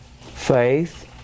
faith